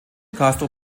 castro